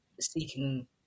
seeking